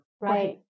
Right